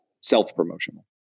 self-promotional